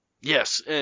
Yes